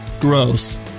Gross